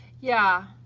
yeah,